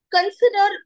Consider